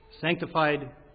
sanctified